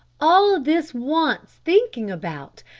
all this wants thinking about,